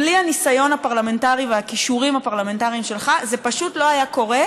בלי הניסיון הפרלמנטרי והכישורים הפרלמנטריים שלך זה פשוט לא היה קורה,